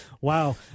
Wow